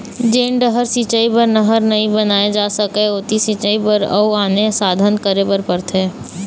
जेन डहर सिंचई बर नहर नइ बनाए जा सकय ओती सिंचई बर अउ आने साधन करे बर परथे